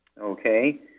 okay